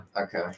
okay